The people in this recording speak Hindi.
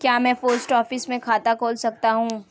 क्या मैं पोस्ट ऑफिस में खाता खोल सकता हूँ?